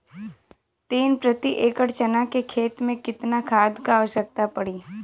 तीन प्रति एकड़ चना के खेत मे कितना खाद क आवश्यकता पड़ी?